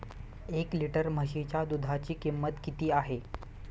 एक लिटर म्हशीच्या दुधाची किंमत किती आहे?